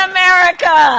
America